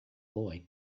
boy